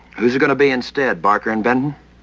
who's it gonna be instead, barker and benton?